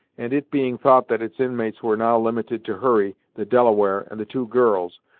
and, it being thought that its inmates were now limited to hurry, the delaware and the two girls,